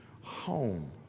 home